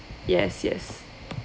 yes yes